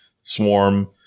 swarm